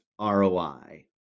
ROI